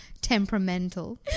Temperamental